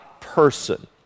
person